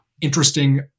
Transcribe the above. interesting